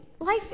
Life